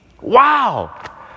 Wow